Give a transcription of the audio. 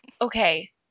Okay